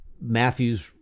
Matthew's